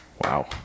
Wow